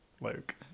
Luke